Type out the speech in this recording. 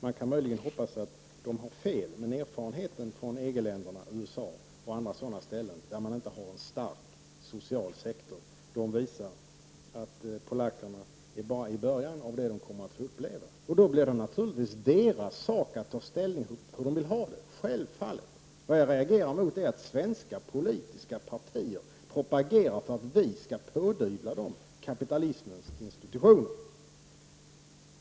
Man kan möjligen hoppas att de har fel, men erfarenheten från EG-länder och USA och andra sådana länder där man inte har en stark social sektor visar att polackerna bara är i början av vad de kommer att få uppleva. Då blir det naturligtvis deras sak att ta ställning hur de vill ha det — självfallet. Jag reagerar mot att svenska politiska partier propagerar för att vi skall pådyvla dem kapitalismens institutioner.